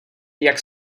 jak